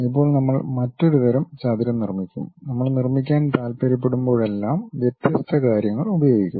ഇപ്പോൾ നമ്മൾ മറ്റൊരു തരം ചതുരം നിർമിക്കും നമ്മൾ നിർമ്മിക്കാൻ താൽപ്പര്യപ്പെടുമ്പോഴെല്ലാം വ്യത്യസ്ത കാര്യങ്ങൾ ഉപയോഗിക്കും